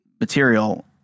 material